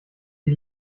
die